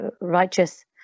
righteous